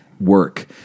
work